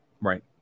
right